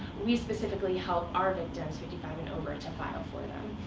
we specifically help our victims, fifty five and over, to file for them.